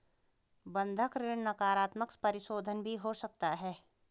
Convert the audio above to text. बंधक ऋण नकारात्मक परिशोधन भी हो सकता है